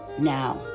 Now